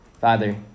Father